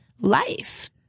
life